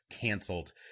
canceled